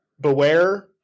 Beware